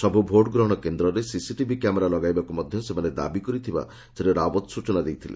ସବୁ ଭୋଟ୍ ଗ୍ରହଣ କେନ୍ଦ୍ରରେ ସିସିଟିଭି କ୍ୟାମେରା ଲଗାଇବାକୁ ମଧ୍ୟ ସେମାନେ ଦାବି କରିଥିବା ଶ୍ରୀ ରାଓ୍ପତ ସୂଚନା ଦେଇଥିଲେ